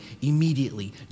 immediately